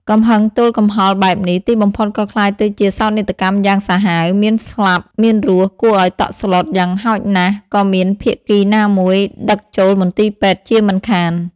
កំហឹងទល់កំហល់បែបនេះ ទីបំផុតក៏ក្លាយទៅជាសោកនាដកម្មយ៉ាងសាហាវ មានស្លាប់មានរស់គួរឲ្យតក់ស្លុត យ៉ាងហោចណាស់ ក៏មានភាគីណាមួយដឹកចូលមន្ទីរពេទ្យជាមិនខាន ។